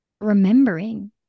remembering